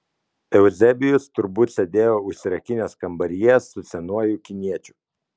euzebijus turbūt sėdėjo užsirakinęs kambaryje su senuoju kiniečiu